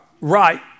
Right